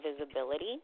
visibility